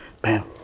Bam